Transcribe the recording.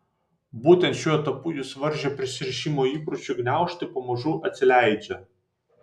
būtent šiuo etapu jus varžę prisirišimo įpročių gniaužtai pamažu atsileidžia